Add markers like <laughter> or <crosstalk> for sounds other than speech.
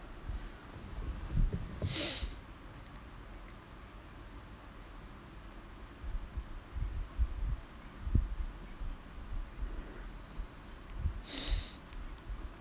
<noise>